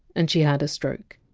and she had a stroke